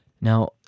Now